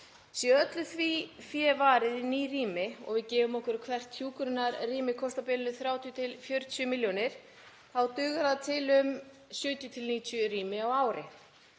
Sé öllu því fé varið í ný rými, og við gefum okkur að hvert hjúkrunarrými kosti á bilinu 30–40 milljónir, þá dugar það til um 70–90 rýma á ári.